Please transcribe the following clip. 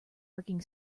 parking